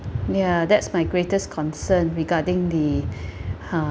ya that's my greatest concern regarding the